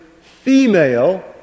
female